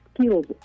skills